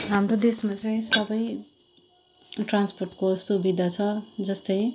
हाम्रो देशमा चाहिँ सबै ट्रान्सपोर्टको सुविधा छ जस्तै